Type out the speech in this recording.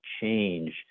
change